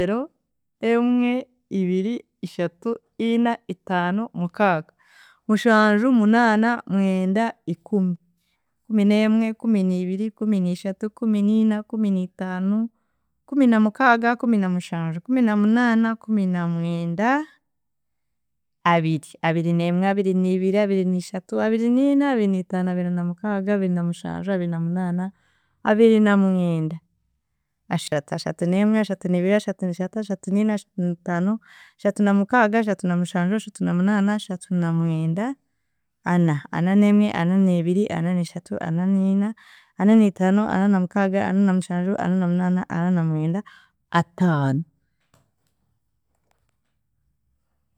Emwe, Ibiri, Ishatu, Ina, Itaano, Mukaaga, Mushanju, Munaana, Mwenda, Ikumi, Kuminemwe, Kuminiibiri, Kuminiishatu, Kuminiina, Kuminiitaano, Kuminamukaaga, Kuminamushanju, Kuminamunaana, Kuminamweda, Abiri. Abirineemwe, Abiriniibiri, Abiriniishatu, Abiriniina, Abirniitaano, Abirinamukaaga, Abirinamushanju, Abirinamunaana, Abirinamwenda, Ashaatu. Shaatuneemwe, Shaatuniibiri, Shaatuniishatu, Shaatuniina, Shaatuniitaano, Shaatunamukaga, Shaatunamushanju, Shaatunamunaana, Shaatunamwenda, Ana, Ananeemwe, Ananiibiri, Ananiishatu, Ananiina, Ananiitaano, Ananamukaga, Ananamushanju, Ananamunaana, Ananamwenda, Ataano.